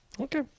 Okay